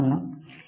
ശരി